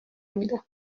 میده